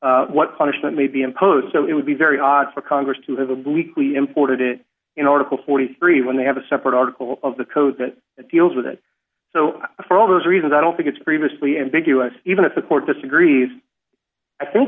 on what punishment may be imposed so it would be very hard for congress to have obliquely imported it in order forty three when they have a separate article of the code that deals with it so for all those reasons i don't think it's previously ambiguous even if a court disagrees i think